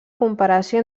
comparació